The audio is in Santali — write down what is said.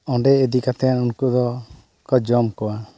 ᱚᱸᱰᱮ ᱤᱫᱤ ᱠᱟᱛᱮᱫ ᱩᱱᱠᱩ ᱫᱚᱠᱚ ᱡᱚᱢ ᱠᱚᱣᱟ